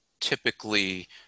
typically